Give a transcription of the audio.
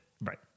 Right